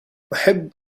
أحب